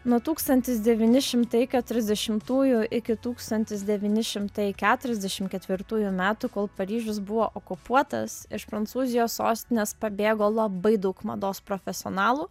nuo tūkstantis devyni šimtai keturiasdešimtųjų iki tūkstantis devyni šimtai keturiasdešim ketvirtųjų metų kol paryžius buvo okupuotas iš prancūzijos sostinės pabėgo labai daug mados profesionalų